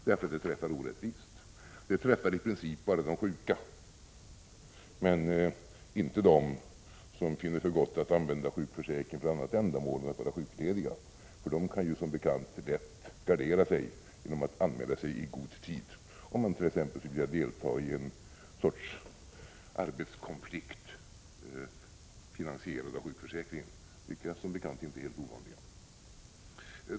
Det träffar orättvist: det träffar i princip bara de sjuka, men inte dem som finner för gott att använda sjukförsäkringen för annat ändamål än för att vara sjuklediga. De kan som bekant lätt gardera sig genom att anmäla sig i god tid om dett.ex. skulle vilja delta i en arbetskonflikt finansierad av sjukförsäkringen, vilket som bekant inte är helt ovanligt.